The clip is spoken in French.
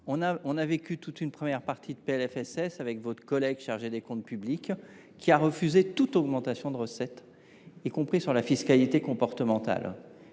de l’examen de la première partie du PLFSS, votre collègue chargé des comptes publics a refusé toute augmentation de recettes, y compris sur la fiscalité comportementale.